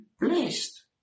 blessed